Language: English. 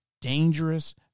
dangerous